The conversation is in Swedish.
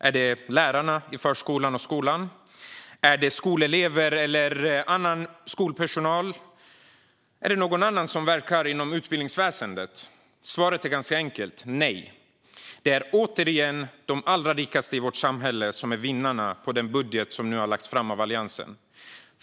Är det lärarna i förskolan och skolan, är det skolelever eller skolpersonal eller någon annan som verkar inom utbildningsväsendet? Svaret är ganska enkelt: Nej, det är återigen de allra rikaste i vårt samhälle som är vinnarna i den budget som nu har lagts fram av Alliansen.